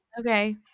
Okay